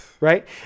right